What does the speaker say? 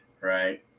right